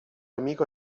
amico